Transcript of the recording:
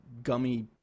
gummy